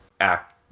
act